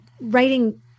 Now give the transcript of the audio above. writing